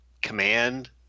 Command